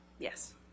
Yes